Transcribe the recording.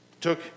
took